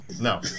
No